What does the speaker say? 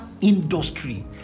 industry